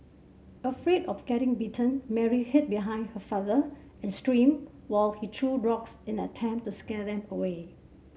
afraid of getting bitten Mary hid behind her father and screamed while he threw rocks in an attempt to scare them away